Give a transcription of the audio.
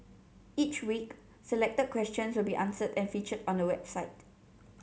each week selected questions will be answered and featured on the website